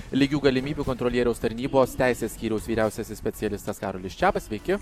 lygių galimybių kontrolieriaus tarnybos teisės skyriaus vyriausiasis specialistas karolis čepas sveiki